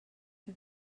que